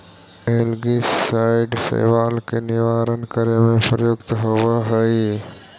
algicide शैवाल के निवारण करे में प्रयुक्त होवऽ हई